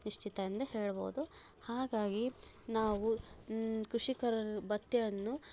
ನಿಶ್ಚಿತ ಎಂದೇ ಹೇಳಬಹುದು ಹಾಗಾಗಿ ನಾವು ಕೃಷಿಕರ ಭತ್ಯೆಯನ್ನು